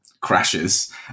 crashes